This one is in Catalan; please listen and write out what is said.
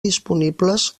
disponibles